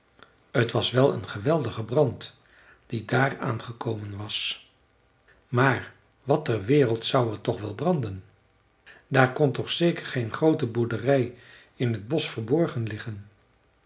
t was wel een geweldige brand die daar aangekomen was maar wat ter wereld zou er toch wel branden daar kon toch ook geen groote boerderij in t bosch verborgen liggen